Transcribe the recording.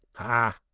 ah!